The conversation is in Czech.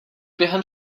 během